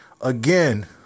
Again